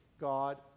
God